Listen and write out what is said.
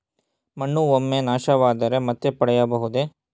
ಮಣ್ಣು ಒಮ್ಮೆ ನಾಶವಾದರೆ ಮತ್ತೆ ಪಡೆಯಬಹುದೇ?